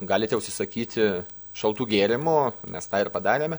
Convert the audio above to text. galite užsisakyti šaltų gėrimų mes tą ir padarėme